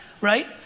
Right